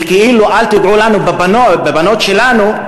של כאילו: אל תיגעו לנו בבנות שלנו,